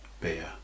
beer